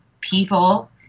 people